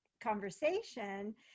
conversation